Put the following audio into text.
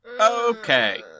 Okay